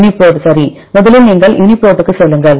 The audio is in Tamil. UniProt சரி முதலில் நீங்கள் UniProt க்குச் செல்லுங்கள்